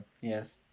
Yes